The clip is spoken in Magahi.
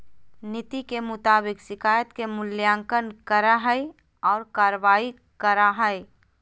नीति के मुताबिक शिकायत के मूल्यांकन करा हइ और कार्रवाई करा हइ